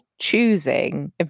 choosing